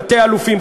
תתי-אלופים,